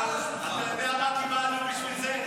--- אתה יודע מה קיבלנו בשביל זה?